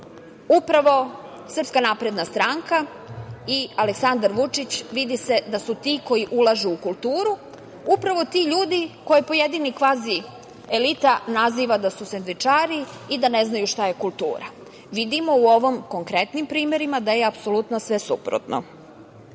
Upravo SNS i Aleksandar Vučić vidi se da su ti koji ulažu u kulturu. Upravo ti ljudi koje pojedina kvazielita naziva da su sendvičari i da ne znaju šta je kultura. Vidimo u ovim konkretnim primerima da je apsolutno sve suprotno. Na